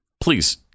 Please